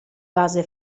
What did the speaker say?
base